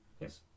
Yes